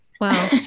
Wow